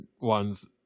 ones